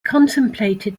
contemplated